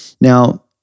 Now